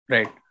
Right